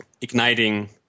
igniting